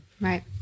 Right